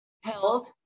held